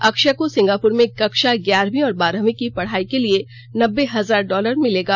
अक्षय को सिंगापुर में कक्षा ग्यारहवीं और बारहवीं की पढ़ाई के लिए नब्बे हजार डॉलर मिलेगा